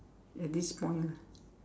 at this point ah